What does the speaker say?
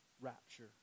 rapture